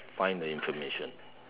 find the information